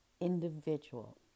individual